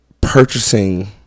Purchasing